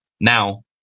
Now